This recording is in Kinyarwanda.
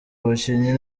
abakinnyi